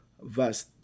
verse